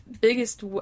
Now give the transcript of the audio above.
biggest